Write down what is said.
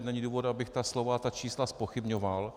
Není důvod, abych ta slova, ta čísla, zpochybňoval.